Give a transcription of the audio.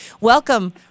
Welcome